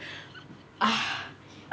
ah